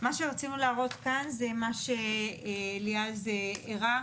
מה שרצינו להראות כאן זה מה שאליעז הראה,